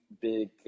big